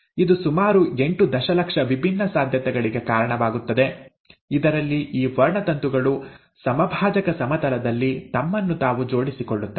ಇದು ಸುಮಾರು ಎಂಟು ದಶಲಕ್ಷ ವಿಭಿನ್ನ ಸಾಧ್ಯತೆಗಳಿಗೆ ಕಾರಣವಾಗುತ್ತದೆ ಇದರಲ್ಲಿ ಈ ವರ್ಣತಂತುಗಳು ಸಮಭಾಜಕ ಸಮತಲದಲ್ಲಿ ತಮ್ಮನ್ನು ತಾವು ಜೋಡಿಸಿಕೊಳ್ಳುತ್ತವೆ